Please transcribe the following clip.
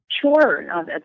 Sure